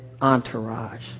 entourage